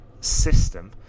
system